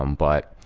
um but,